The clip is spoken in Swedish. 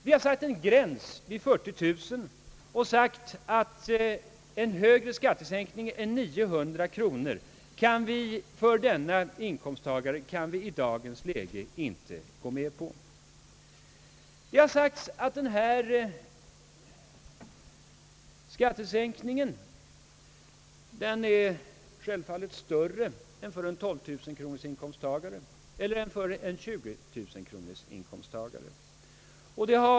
Vi har satt en gräns vid 40000 kronor och sagt att en högre skattesänkning än 900 kronor för en sådan inkomsttagare och högre inkomsttagare kan vi i dagens läge inte gå med på. Och skattesänkningen är självfallet större för en person med 40 000 kronor i inkomst än för en person med 20 000.